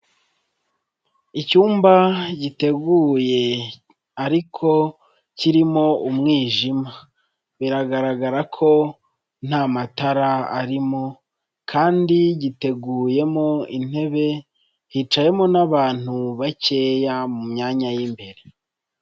Icyumba giteguye ariko kirimo umwijima biragaragara ko nta matara arimo kandi giteguyemo intebe, hicayemo n'abantu bakeya mu myanya y'imbere.